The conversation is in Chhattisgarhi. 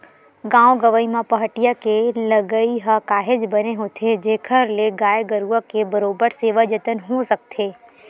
गाँव गंवई म पहाटिया के लगई ह काहेच बने होथे जेखर ले गाय गरुवा के बरोबर सेवा जतन हो सकथे